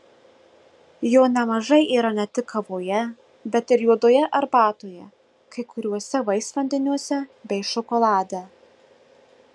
jo nemažai yra ne tik kavoje bet ir juodoje arbatoje kai kuriuose vaisvandeniuose bei šokolade